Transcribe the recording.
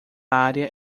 área